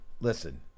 listen